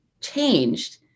changed